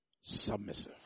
Submissive